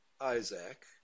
Isaac